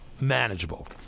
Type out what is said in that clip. manageable